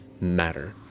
matter